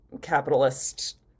capitalist